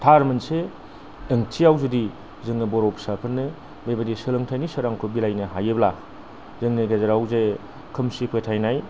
थार मोनसे ओंथियाव जुदि जोङो बर' फिसाफोरनो बेबायदि सोलोंथाइनि सोरांखौ बिलाइनो हायोब्ला जोंनि गेजेरावजे खोमसि फोथायनाय